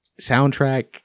soundtrack